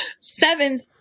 Seventh